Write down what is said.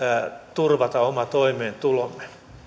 turvata oma toimeentulomme